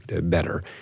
better